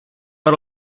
but